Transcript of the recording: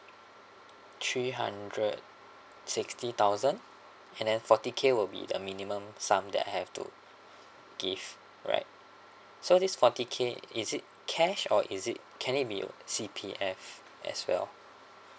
three hundred sixty thousand and then forty K will be a minimum sum that I have to give right so this forty K is it cash or is it can it be C_P_F as well